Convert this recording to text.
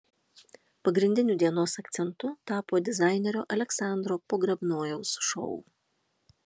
pagrindiniu dienos akcentu tapo dizainerio aleksandro pogrebnojaus šou